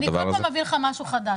אני כל פעם אביא לך משהו חדש.